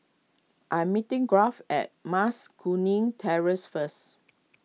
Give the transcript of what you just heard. I'm meeting Garth at Mas Kuning Terrace first